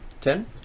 ten